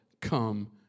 come